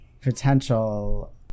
potential